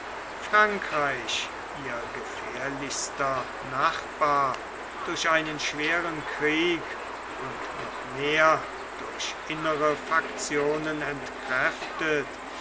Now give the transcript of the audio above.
frankreich ihr gefährlichster nachbar durch einen schweren krieg und noch mehr durch innere faktionen entkräftet